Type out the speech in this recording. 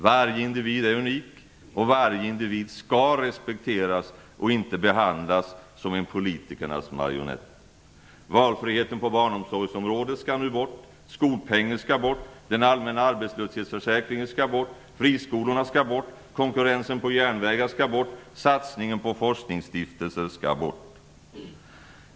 Varje individ är unik, och varje individ skall respekteras och inte behandlas som en politikernas marionett. Skolpengen skall bort. Den allmänna arbetslöshetsförsäkringen skall bort. Friskolorna skall bort. Konkurrensen på järnvägar skall bort. Satsningen på forskningsstiftelser skall bort.